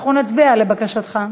ואנחנו נצביע לבקשתך.